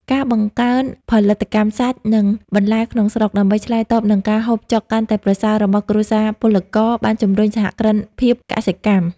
ការបង្កើនផលិតកម្មសាច់ និងបន្លែក្នុងស្រុកដើម្បីឆ្លើយតបនឹងការហូបចុកកាន់តែប្រសើររបស់គ្រួសារពលករ បានជម្រុញសហគ្រិនភាពកសិកម្ម។